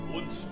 Und